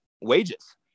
wages